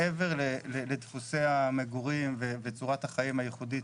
מעבר לדפוסי המגורים וצורת החיים הייחודית